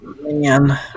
man